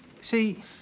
See